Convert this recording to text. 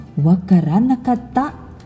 Wakaranakata